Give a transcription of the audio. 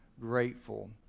grateful